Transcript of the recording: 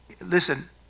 listen